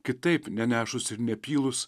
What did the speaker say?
kitaip nenešus ir nepylus